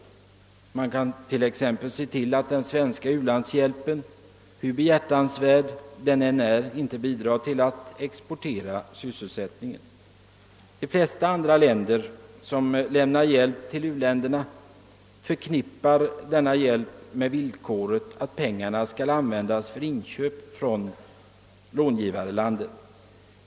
Man kan exempelvis se till att den svenska ulandshjälpen — hur behjärtansvärd den än är — inte bidrar till att exportera sysselsättning. De flesta andra länder som lämnar hjälp till u-länderna förknippar denna hjälp med villkoret att pengarna skall användas för inköp från långivarlandet.